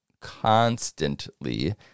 constantly